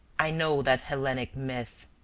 i know that hellenic myth.